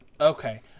Okay